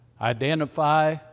identify